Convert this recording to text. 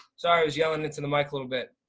sorry was yelling into the mic a little bit.